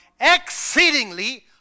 exceedingly